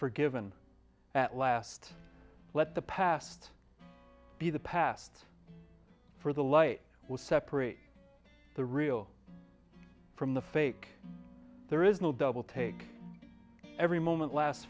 forgiven at last let the past be the past for the light will separate the real from the fake there is no double take every moment last